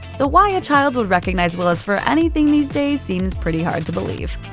though why a child would recognize willis for anything these days seems pretty hard to believe.